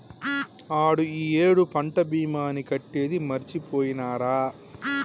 ఆడు ఈ ఏడు పంట భీమాని కట్టేది మరిచిపోయినారా